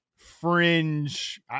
Fringe